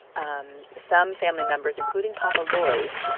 um some family members, including papa lloyd,